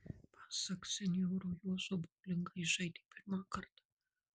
pasak senjoro juozo boulingą jis žaidė pirmą kartą